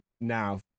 now